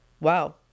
wow